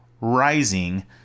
rising